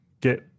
get